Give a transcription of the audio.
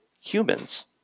humans